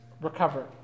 recover